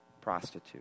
prostitute